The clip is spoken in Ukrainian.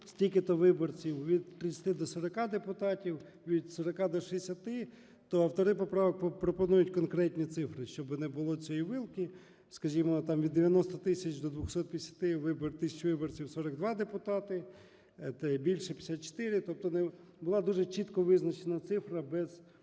стільки-то виборців – від 30 до 40 депутатів, від 40 до 60, - то автори поправок пропонують конкретні цифри. Щоб не було цієї вилки, скажімо, там від 90 тисяч до 250 тисяч виборців – 42 депутати, більше – 54. Тобто була дуже чітко визначена цифра, без вилки.